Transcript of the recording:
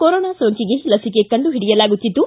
corona ಸೋಂಕಿಗೆ ಲಚಿಕೆ ಕಂಡು ಹಿಡಿಯಲಾಗುತ್ತಿದ್ದು